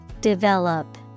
Develop